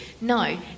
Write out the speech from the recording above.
no